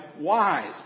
wise